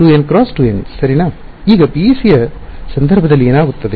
2N × 2N ಸರಿನಾ ಈಗ PEC ಯ ಸಂದರ್ಭದಲ್ಲಿ ಏನಾಗುತ್ತದೆ